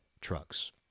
trucks